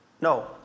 No